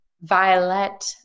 Violet